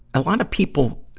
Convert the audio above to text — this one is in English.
a lot of people,